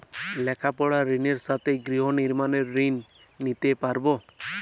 লেখাপড়ার ঋণের সাথে গৃহ নির্মাণের ঋণ নিতে পারব?